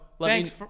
Thanks